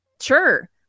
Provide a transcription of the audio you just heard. sure